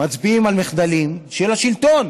מצביעים על מחדלים של השלטון.